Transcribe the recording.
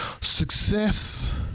Success